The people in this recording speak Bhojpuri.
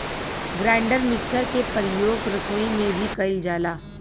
ग्राइंडर मिक्सर के परियोग रसोई में भी कइल जाला